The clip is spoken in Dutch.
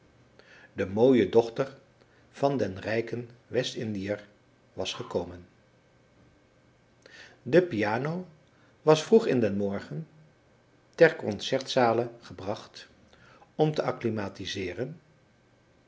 de mooie dochter van den rijken west indiër was gekomen de piano was vroeg in den morgen ter concertzale gebracht om te